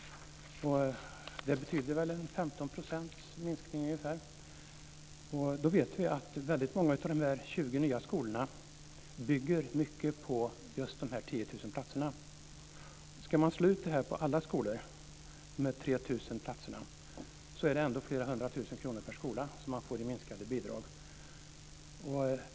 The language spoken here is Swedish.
Det betyder väl ungefär 15 % minskning. Då vet vi att väldigt många av de 20 nya skolorna bygger mycket på just de 10 000 platserna. Ska man slå ut de 3 000 platserna på alla skolor så är det ändå flera hundra tusen kronor per skola som man får i minskade bidrag.